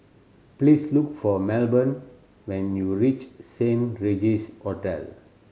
please look for Melbourne when you reach Saint Regis Hotel